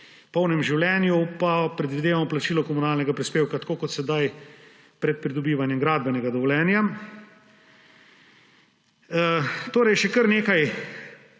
v polnem življenju, pa predvidevamo plačilo komunalnega prispevka tako kot sedaj pred pridobivanjem gradbenega dovoljenja. Še kar nekaj